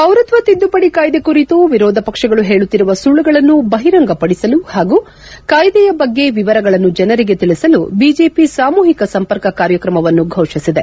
ಪೌರತ್ವ ತಿದ್ದುಪಡಿ ಕಾಯ್ದೆ ಕುರಿತು ವಿರೋಧ ಪಕ್ಷಗಳು ಹೇಳುತ್ತಿರುವ ಸುಳ್ಳುಗಳನ್ನು ಬಹಿರಂಗ ಪಡಿಸಲು ಹಾಗೂ ಕಾಯ್ದೆಯ ಬಗ್ಗೆ ವಿವರಗಳನ್ನು ಜನರಿಗೆ ತಿಳಿಸಲು ಬಿಜೆಪಿ ಸಾಮೂಹಿಕ ಸಂಪರ್ಕ ಕಾರ್ಯಕ್ರಮವನ್ನು ಘೋಷಿಸಿದೆ